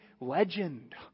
legend